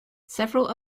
several